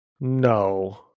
No